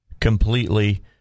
completely